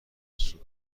سوپ